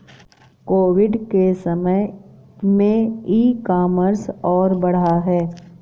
Covid के समय में ई कॉमर्स और बढ़ा है